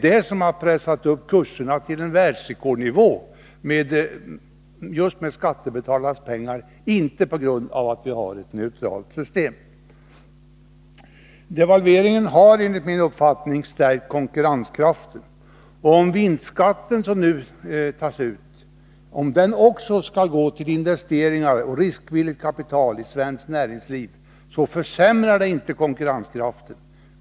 Det har pressat upp kurserna till världsrekordnivå. Det har skett med hjälp av skattebetalarnas pengar, inte på grund av att vi har ett neutralt system. Devalveringen har enligt min uppfattning stärkt konkurrenskraften. Om också den vinstskatt som nu tas ut skall gå till investeringar i form av riskvilligt kapital i svenskt näringsliv, försämrar det inte konkurrensen.